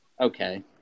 okay